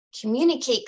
communicate